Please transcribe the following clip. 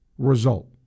result